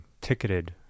ticketed